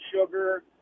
sugar